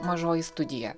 mažoji studija